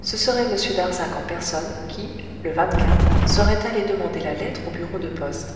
ce serait m darzac en personne qui le serait allé demander la lettre au bureau de poste